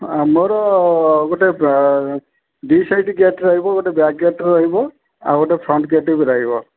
ଆମର ଗୋଟେ ବା ଦୁଇ ସାଇଡ଼୍ ଗେଟ୍ ରହିବ ଗୋଟେ ବ୍ୟାକ୍ ଗେଟ୍ ରହିବ ଆଉ ଗୋଟେ ଫ୍ରଣ୍ଟ୍ ଗେଟ୍ ବି ରହିବ